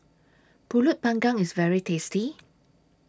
Pulut Panggang IS very tasty